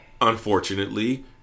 unfortunately